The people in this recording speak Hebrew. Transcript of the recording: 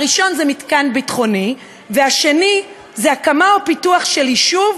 הראשון זה מתקן ביטחוני והשני זה הקמה ופיתוח של יישוב,